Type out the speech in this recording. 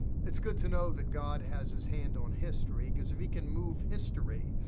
it's good to know that god has his hand on history cause, if he can move history,